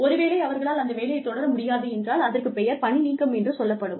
ஒருவேளை அவர்களால் அந்த வேலையை தொடர முடியாது என்றால் அதற்குப் பெயர் பணிநீக்கம் என்று சொல்லப்படும்